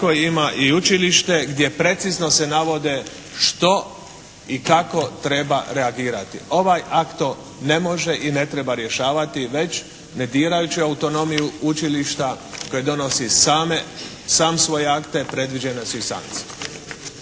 tako ima i učilište gdje precizno se navode što i kako treba reagirati. Ovaj akt to ne može i ne treba rješavati već ne dirajući autonomiju učilišta koji donosi sam svoje akte predviđene su i sankcije.